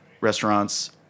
restaurants